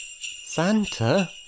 Santa